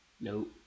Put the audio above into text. Nope